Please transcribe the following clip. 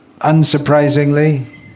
unsurprisingly